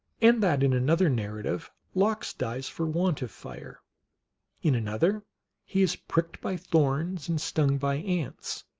and that in another narrative lox dies for want of fire in another he is pricked by thorns and stung by ants.